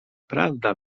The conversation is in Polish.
prawda